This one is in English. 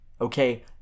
Okay